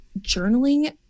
Journaling